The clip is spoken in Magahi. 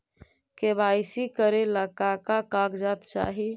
के.वाई.सी करे ला का का कागजात चाही?